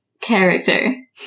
character